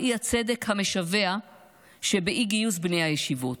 האי-צדק המשווע שבאי-גיוס בני הישיבות.